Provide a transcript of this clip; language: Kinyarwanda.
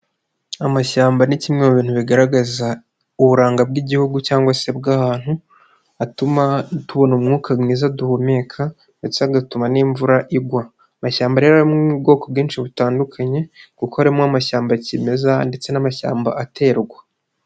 Amashyamba ni kimwe mu bintu bigaragaza uburanga bw'igihugu cyangwa se bw'ahantu, atuma tubona umwuka mwiza duhumeka ndetse agatuma n'imvura igwa, amashyamba rero arimo ubwoko bwinshi butandukanye kuko arimo amashyamba kimeza ndetse n'amashyamba aterwa.